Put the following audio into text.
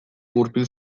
gurpil